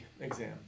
exam